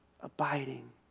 abiding